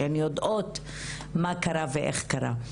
שהן יודעות מה קרה ואיך קרה.